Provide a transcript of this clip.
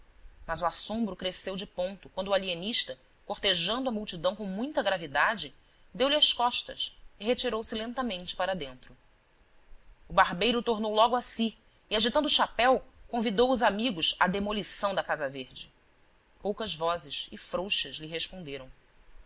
mas o assombro cresceu de ponto quando o alienista cortejando a multidão com muita gravidade deu-lhe as costas e retirou-se lentamente para dentro o barbeiro tornou logo a si e agitando o chapéu convidou os amigos à demolição da casa verde poucas vozes e frouxas lhe responderam